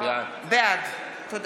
בעד חוה